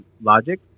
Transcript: Logic